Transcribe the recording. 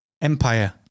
Empire